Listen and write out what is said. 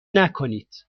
نکنید